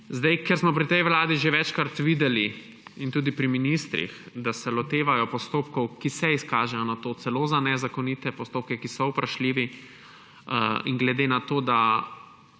Ker smo pri tej vladi že večkrat videli, in tudi pri ministrih, da se lotevajo postopkov, ki se izkažejo nato celo za nezakonite postopke, ki so vprašljivi, in glede na to, da